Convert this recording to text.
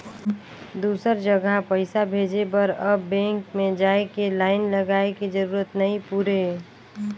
दुसर जघा पइसा भेजे बर अब बेंक में जाए के लाईन लगाए के जरूरत नइ पुरे